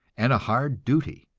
and a hard duty,